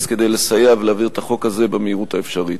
כדי לסייע להעביר את החוק הזה במהירות האפשרית.